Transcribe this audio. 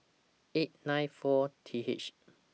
eight nine four T H